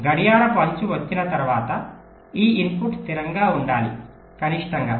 గడియారపు అంచు వచ్చిన తరువాత ఈ ఇన్పుట్ స్థిరంగా ఉండాలి కనిష్టంగా